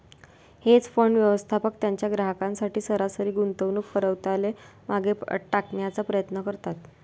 hedge fund, व्यवस्थापक त्यांच्या ग्राहकांसाठी सरासरी गुंतवणूक परताव्याला मागे टाकण्याचा प्रयत्न करतात